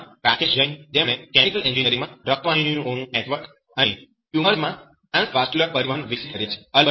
આ કિસ્સામાં રાકેશ જૈન જેમણે કેમિકલ એન્જિનિયરિંગમાં રક્ત વાહિનીઓ નું નેટવર્ક અને ટ્યુમર્સ માં ટ્રાન્સવાસ્ક્યુલર પરિવહન વિકસિત કર્યા છે